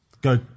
go